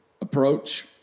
approach